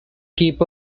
keep